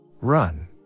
Run